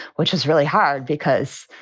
which is really hard because,